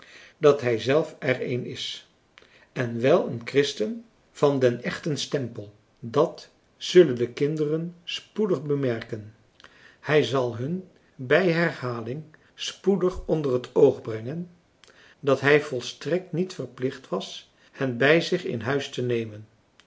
dat hij zelf er een is en wel een christen van den echten stempel dat zullen de kinderen spoedig bemerken hij zal hun bij herhaling spoedig onder het oog brengen dat hij volstrekt niet verplicht was hen bij zich in huis te nemen